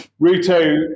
Ruto